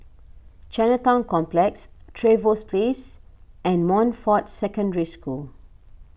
Chinatown Complex Trevose Place and Montfort Secondary School